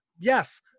Yes